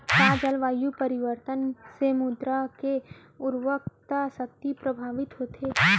का जलवायु परिवर्तन से मृदा के उर्वरकता शक्ति प्रभावित होथे?